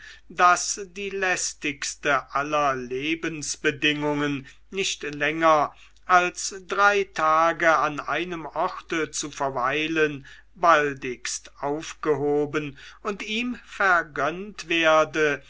daß die lästigste aller lebensbedingungen nicht länger als drei tage an einem orte zu verweilen baldigst aufgehoben und ihm vergönnt werde